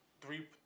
Three